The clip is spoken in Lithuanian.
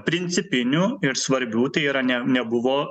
principinių ir svarbių tai yra ne nebuvo